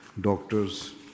doctors